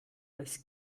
als